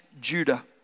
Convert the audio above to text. Judah